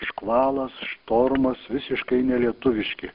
škvalas štormas visiškai nelietuviški